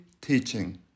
teaching